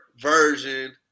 version